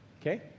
Okay